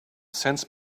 sense